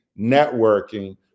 networking